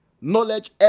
knowledge